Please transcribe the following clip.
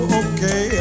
okay